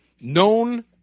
Known